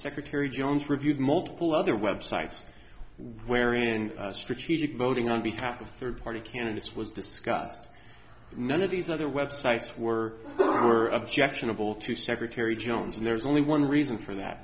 secretary jones reviewed multiple other websites wherein strategic voting on behalf of third party candidates was discussed none of these other websites it's were were objectionable to secretary jones and there's only one reason for that